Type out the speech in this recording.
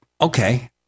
okay